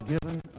given